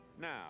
Now